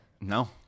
No